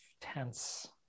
tense